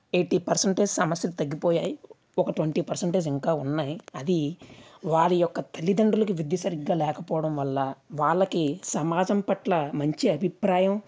eighty percentage సమస్యలు తగ్గిపోయాయి ఒక ట్వెంటీ పర్సెంటేజ్ ఇంకా ఉన్నాయి అవి వారి యొక్క తల్లిదండ్రులకు విద్య సరిగ్గా లేకపోవడం వల్ల వాళ్ళకి సమాజం పట్ల మంచి అభిప్రాయం